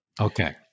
Okay